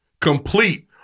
complete